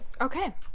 Okay